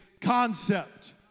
concept